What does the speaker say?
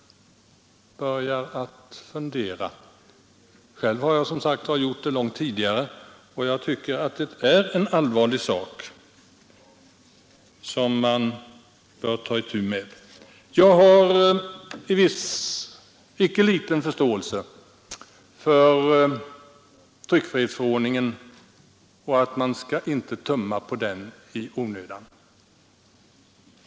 Själv har jag reagerat långt tidigare, och jag tycker att det här är ett allvarligt problem som vi bör ta itu med. Jag har en viss — icke liten — förståelse för uppfattningen att man inte skall tumma på tryckfrihetsförordningen i onödan.